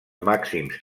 màxims